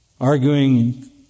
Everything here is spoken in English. arguing